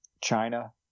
China